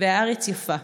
// והארץ יפה.